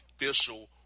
official